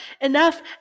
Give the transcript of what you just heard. enough